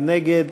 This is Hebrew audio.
מי נגד?